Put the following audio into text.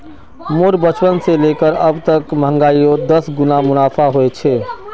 मोर बचपन से लेकर अब तक महंगाईयोत दस गुना मुनाफा होए छे